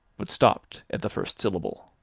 but stopped at the first syllable.